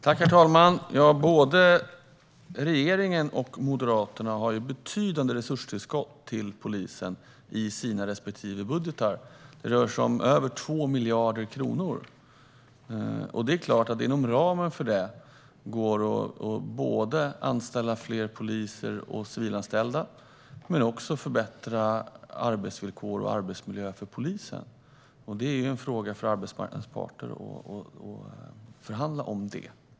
Herr talman! Både regeringen och Moderaterna har betydande resurstillskott till polisen i sina respektive budgetar. Det rör sig om över 2 miljarder kronor. Inom ramen för det går det såklart att såväl anställa fler poliser och civilanställda som att förbättra arbetsvillkor och arbetsmiljö för polisen. Det är en fråga för arbetsmarknadens parter att förhandla om detta.